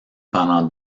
pendant